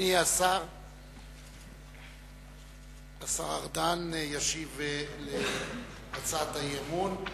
אדוני השר גלעד ארדן ישיב על הצעת האי-אמון.